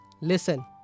listen